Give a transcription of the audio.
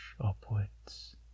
upwards